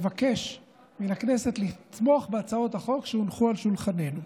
מבקש מן הכנסת לתמוך בהצעות החוק שהונחו על שולחננו.